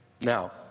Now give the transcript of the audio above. now